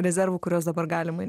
rezervų kuriuos dabar galima